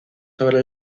sobre